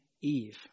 Eve